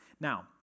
Now